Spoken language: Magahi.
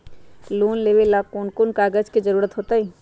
लोन लेवेला कौन कौन कागज के जरूरत होतई?